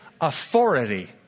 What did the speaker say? authority